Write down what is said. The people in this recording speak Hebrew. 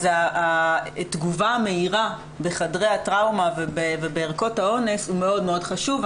התגובה המהירה בחדרי הטראומה ובערכות האונס היא מאוד מאוד חשובה.